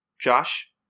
Josh